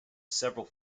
several